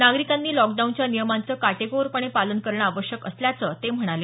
नागरिकांनी लॉकडाऊनच्या नियमांचं काटेकोरपणे पालन करणं आवश्यक असल्याचं ते म्हणाले